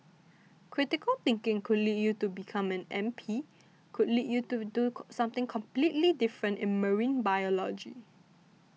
critical thinking could lead you to become an M P could lead you to do something completely different in marine biology